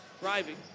driving